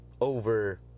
Over